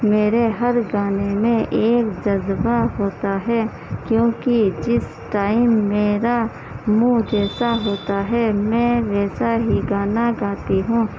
میرے ہر گانے میں ایک جذبہ ہوتا ہے کیونکہ جس ٹائم میرا موڈ جیسا ہوتا ہے میں ویسا ہی گانا گاتی ہوں